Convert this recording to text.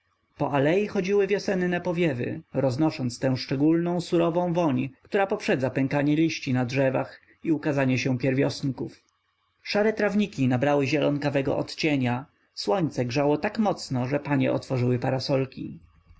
po alei chodziły wiosenne powiewy roznosząc tą szczególną surową woń która poprzedza pękanie liści na drzewach i ukazanie się pierwiosnków szare trawniki nabrały zielonawego odcienia słońce grzało tak mocno że panie otworzyły parasolki